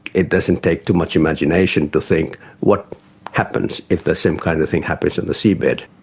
it doesn't take too much imagination to think what happens if the same kind of thing happens on the seabed.